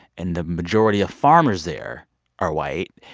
and the majority of farmers there are white.